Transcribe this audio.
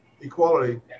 equality